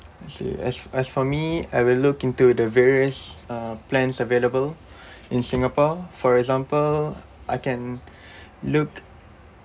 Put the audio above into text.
I see as as for me I will look into the various uh plans available in singapore for example I can look